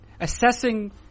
assessing